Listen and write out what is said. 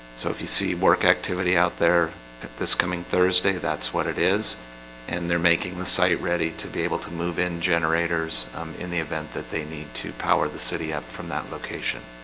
so if you see work activity out there at this coming thursday that's what it is and they're making the site ready to be able to move in generators in the that they need to power the city up from that location.